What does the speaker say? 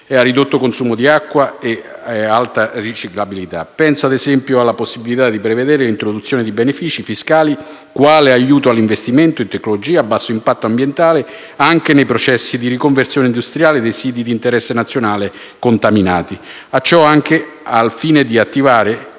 ridotto consumo di acqua e alta riciclabilità. Penso, ad esempio, alla possibilità di prevedere l'introduzione di benefici fiscali quali aiuto all'investimento in tecnologie a basso impatto ambientale anche nei processi di riconversione industriale dei siti di interesse nazionale contaminati, ciò anche al fine di attivare